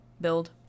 build